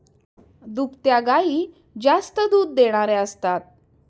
दुभत्या गायी जास्त दूध देणाऱ्या असतात